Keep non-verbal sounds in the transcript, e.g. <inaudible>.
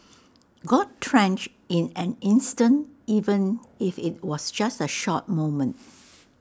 got drenched in an instant even if IT was just A short moment <noise>